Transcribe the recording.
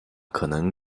可能